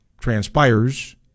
transpires